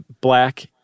black